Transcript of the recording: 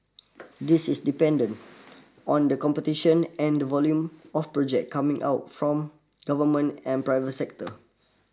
this is dependent on the competition and the volume of project coming out from government and private sector